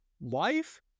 Life